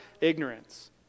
ignorance